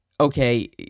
okay